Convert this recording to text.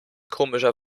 komischer